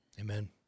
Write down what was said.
Amen